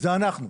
זה אנחנו.